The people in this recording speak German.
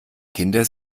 kinder